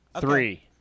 Three